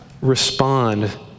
respond